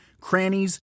crannies